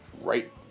right